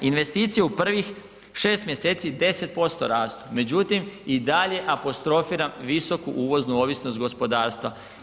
Investicija u prvih 6 mjeseci 10% rastu, međutim i dalje apostrofiram visoku uvoznu ovisnost gospodarstva.